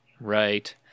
Right